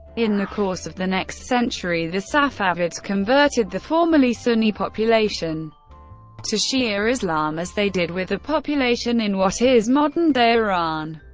in the course of the next century, the safavids converted the formerly sunni population to shia islam, as they did with the population in what is modern-day iran.